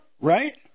right